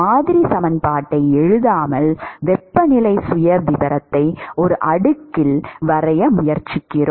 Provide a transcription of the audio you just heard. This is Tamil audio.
மாதிரி சமன்பாட்டை எழுதாமல் வெப்பநிலை சுயவிவரத்தை ஒரு அடுக்கில் வரைய முயற்சிக்கிறோம்